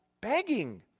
begging